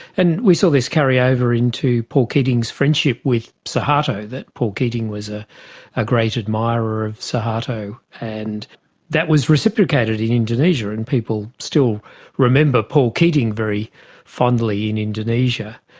and we saw this carry over into paul keating's friendship with suharto, that paul keating was a ah great admirer of suharto, and that was reciprocated in indonesia and people still remember paul keating very fondly in indonesia.